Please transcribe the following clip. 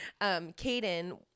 Caden